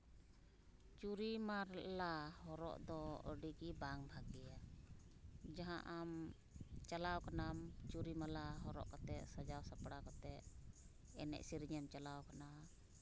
ᱪᱩᱨᱤ ᱢᱟᱞᱟ ᱦᱚᱨᱚᱜ ᱫᱚ ᱟᱹᱰᱤ ᱜᱮ ᱵᱟᱝ ᱵᱷᱟᱹᱜᱤᱭᱟ ᱡᱟᱦᱟᱸ ᱟᱢ ᱪᱟᱞᱟᱣ ᱠᱟᱱᱟᱢ ᱪᱩᱨᱤ ᱢᱟᱞᱟ ᱦᱚᱨᱚᱜ ᱠᱟᱛᱮᱫ ᱥᱟᱡᱟᱣ ᱥᱟᱯᱲᱟᱣ ᱠᱟᱛᱮᱫ ᱮᱱᱮᱡ ᱥᱮᱨᱮᱧᱮᱢ ᱪᱟᱞᱟᱣ ᱠᱟᱱᱟ